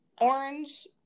Orange